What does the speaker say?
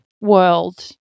world